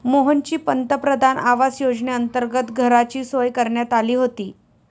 मोहनची पंतप्रधान आवास योजनेअंतर्गत घराची सोय करण्यात आली होती